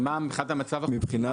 מה מבחינת המצב החוקי,